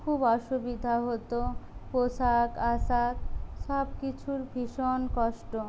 খুব অসুবিধা হতো পোশাক আশাক সব কিছুর ভীষণ কষ্ট